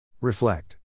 Reflect